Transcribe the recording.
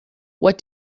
what